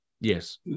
Yes